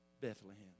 Bethlehem